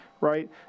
right